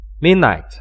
midnight